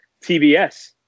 TBS